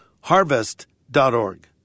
harvest.org